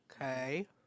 Okay